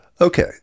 Okay